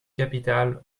capital